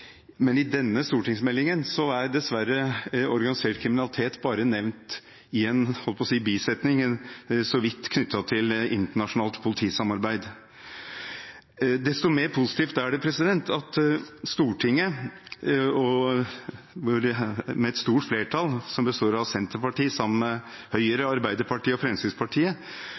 men i denne stortingsmeldingen er dessverre organisert kriminalitet bare nevnt så vidt – jeg holdt på å si i en bisetning – knyttet til internasjonalt politisamarbeid. Desto mer positivt er det at et stort flertall i Stortinget som består av Senterpartiet sammen med Høyre, Arbeiderpartiet og Fremskrittspartiet,